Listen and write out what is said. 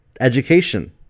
education